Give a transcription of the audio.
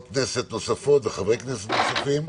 וחברות וחברי כנסת נוספים.